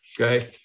okay